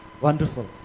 Wonderful